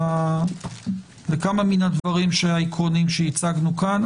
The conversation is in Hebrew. לכמה מהדברים העקרוניים שהצגנו כאן,